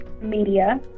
Media